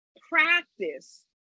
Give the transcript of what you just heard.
practice